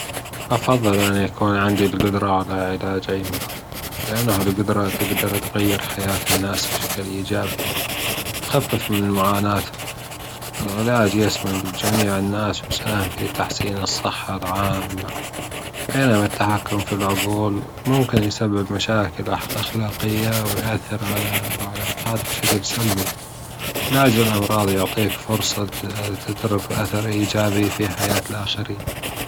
افضل أن يكون عندي الجدرة على علاج أي مرض، لأنه هالجدرة تجدر تغير حياة الناس بشكل أيجابي، تخفف من معاناتهم، العلاج يشمل جميع الناس يساهم في تحسين الصحة العامة، بينما التحكم في العجول ممكن يسبب مشاكل أخلاقية ويؤثر على العلاقات بشكل سلبي، علاج الأمراض يعطيك فرصة تترك أثر إيجابي في حياة الآخرين.